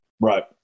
right